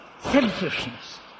selfishness